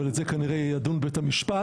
אבל את זה כנראה ידון בית המשפט,